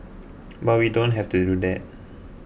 but we don't have to do that